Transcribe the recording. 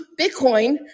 Bitcoin